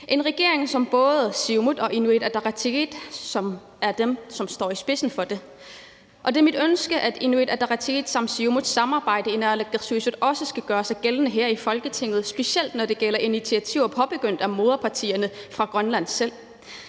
regering, som består af både Siumut og Inuit Ataqatigiit, som står i spidsen for det. Det er mit ønske, at Inuit Ataqatigiit og Siumuts samarbejde i naalakkersuisut også skal gøre sig gældende her i Folketinget, specielt når det gælder initiativer påbegyndt af moderpartierne fra Grønland selv.